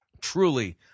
Truly